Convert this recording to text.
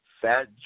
Fat